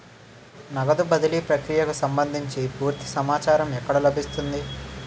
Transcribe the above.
నగదు బదిలీ ప్రక్రియకు సంభందించి పూర్తి సమాచారం ఎక్కడ లభిస్తుంది?